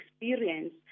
experience